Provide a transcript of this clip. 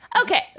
Okay